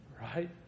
right